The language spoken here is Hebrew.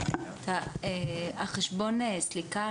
חשבון הסליקה,